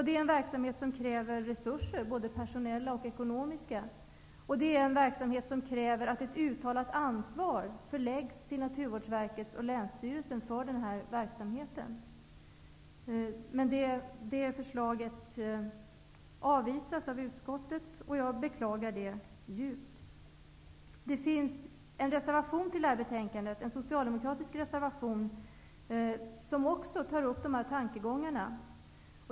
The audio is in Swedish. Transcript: Det är en verksamhet som kräver resurser, både personella och ekonomiska, och som kräver att ett uttalat ansvar för denna verksamhet förläggs till Naturvårdsverket och till länsstyrelserna. Men detta förslag avvisas av utskottet, och jag beklagar detta djupt. Det finns en socialdemokratisk reservation vid det här betänkandet, vilken också tar upp dessa tankegångar.